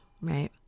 right